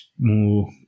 more